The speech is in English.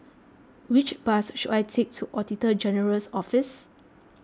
which bus should I take to Auditor General's Office